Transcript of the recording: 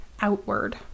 outward